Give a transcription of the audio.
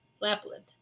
Lapland